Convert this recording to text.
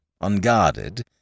unguarded